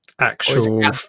actual